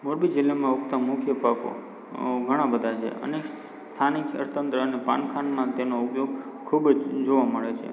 મોરબી જિલ્લામાં ઉગતા મુખ્ય પાકો ઘણા બધા છે અને સ્થાનિક અર્થતંત્ર અને પાનખરમાં તેનો ઉપયોગ ખૂબ જ જોવા મળે છે